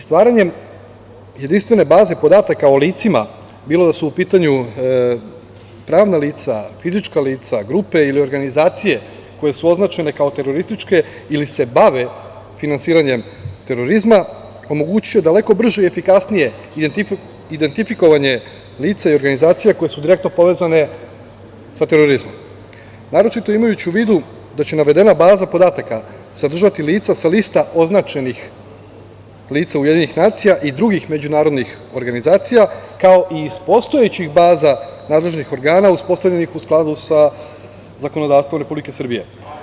Stvaranjem jedinstvene baze podataka o licima, bilo da su u pitanju pravna lica, fizička lica, grupe ili organizacije koje su označene kao terorističke ili se bave finansiranjem terorizma, omogućuje daleko brže i efikasnije identifikovanje lica i organizacija koje su direktno povezane sa terorizmom, naročito imajući u vidu da će navedena baza podataka sadržati lica sa lista označenih lica UN i drugih međunarodnih organizacija, kao i iz postojećih baza nadležnih organa uspostavljenih u skladu sa zakonodavstvom Republike Srbije.